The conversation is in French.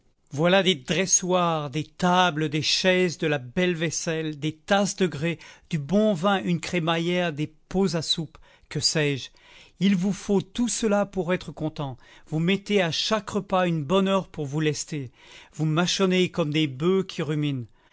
voilà des dressoirs des tables des chaises de la belle vaisselle des tasses de grès du bon vin une crémaillère des pots à soupe que sais-je il vous faut tout cela pour être contents vous mettez à chaque repas une bonne heure pour vous lester vous mâchonnez comme des boeufs qui ruminent